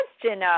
question